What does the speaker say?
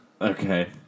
Okay